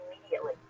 immediately